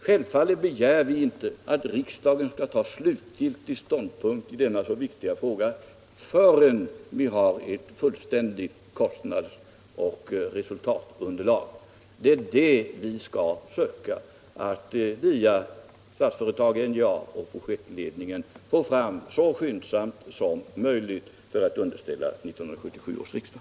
Självfallet begär vi inte att riksdagen skall ta slutgiltig ställning i denna viktiga fråga förrän vi har ett fullständigt kostnadsoch resultatunderlag. Det är det underlaget vi via Statsföretag och NJA och projektledningen skall söka få fram så skyndsamt som möjligt för att kunna underställa det 1976/77 års riksmöte.